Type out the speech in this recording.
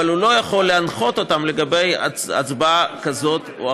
אבל הוא לא יכול להנחות אותם לגבי הצבעה כזאת או אחרת,